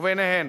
וביניהן